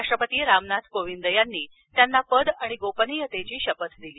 राष्ट्रपती रामनाथ कोविद यांनी त्यांना पद आणि गोपनीयतेची शपथ दिली